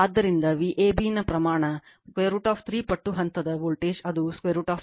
ಆದ್ದರಿಂದ Vab ನ ಪ್ರಮಾಣ √ 3 ಪಟ್ಟು ಹಂತದ ವೋಲ್ಟೇಜ್ ಅದು √ 3 ಪಟ್ಟು VAN ಆಗಿದೆ